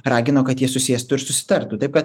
ragino kad jie susėstų ir susitartų taip kad